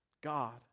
God